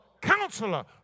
Counselor